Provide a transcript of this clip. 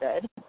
good